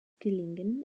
gelingen